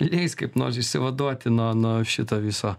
leis kaip nors išsivaduoti nuo nuo šito viso